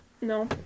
No